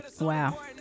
Wow